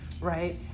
right